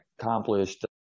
accomplished